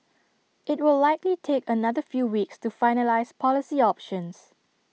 IT will likely take another few weeks to finalise policy options